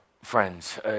friends